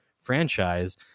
franchise